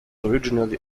originally